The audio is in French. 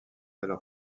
alors